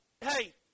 Hey